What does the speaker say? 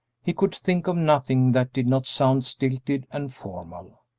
he could think of nothing that did not sound stilted and formal.